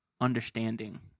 understanding